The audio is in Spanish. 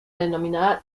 denominada